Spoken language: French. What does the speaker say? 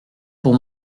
pour